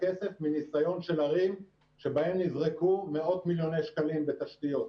הכסף מניסיון של ערים שבהם נזרקו מאות מיליוני שקלים בתשתיות.